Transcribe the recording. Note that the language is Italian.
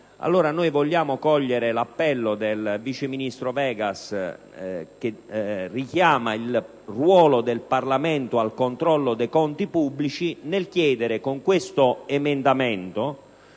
pensa, noi vogliamo cogliere l'appello del vice ministro Vegas, che richiama il ruolo del Parlamento al controllo dei conti pubblici, chiedendo con l'emendamento